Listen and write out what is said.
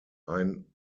ein